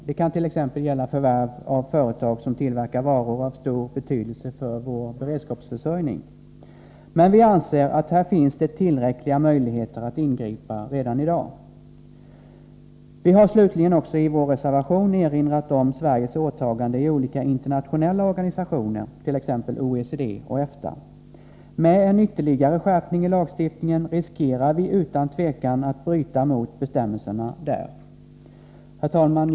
Det kan t.ex. gälla förvärv av företag som tillverkar varor av stor betydelse för vår beredskapsförsörjning. Men vi anser att det där finns tillräckliga möjligheter att ingripa redan i dag. Vi har slutligen också i vår reservation erinrat om Sveriges åtaganden i olika internationella organisationer, t.ex. OECD och EFTA. Med en ytterligare skärpning av lagstiftningen riskerar vi utan tvekan att bryta mot bestämmelserna. Herr talman!